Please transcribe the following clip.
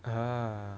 ah